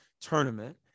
Tournament